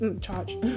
charge